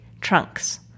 trunks